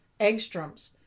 angstroms